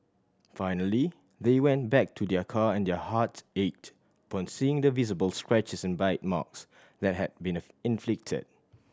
finally they went back to their car and their hearts ached upon seeing the visible scratches and bite marks that had been inflicted